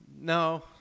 no